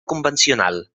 convencional